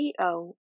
CEO